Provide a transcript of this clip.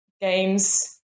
games